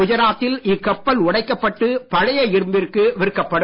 குஜராத்தில் இக்கப்பல் உடைக்கப் பட்டு பழைய இரும்பிற்கு விற்கப்படும்